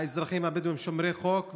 האזרחים הבדואים הם שומרי חוק,